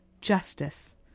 justice